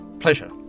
pleasure